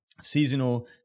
Seasonal